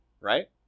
Right